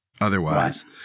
otherwise